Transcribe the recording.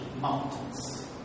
mountains